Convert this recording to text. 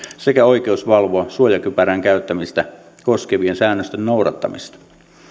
sekä oikeus valvoa suojakypärän käyttämistä koskevien säännösten noudattamista